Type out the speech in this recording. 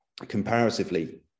Comparatively